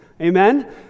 Amen